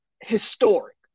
historic